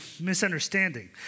misunderstanding